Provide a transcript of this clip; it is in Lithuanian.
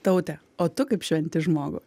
taute o tu kaip šventi žmogų